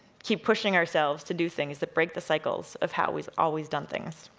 keep pushing ourselves to do things that break the cycles of how we've always done things.